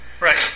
Right